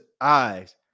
eyes